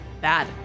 Bad